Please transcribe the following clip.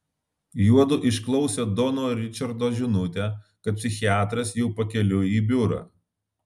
juodu išklausė dono ričardo žinutę kad psichiatras jau pakeliui į biurą